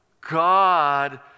God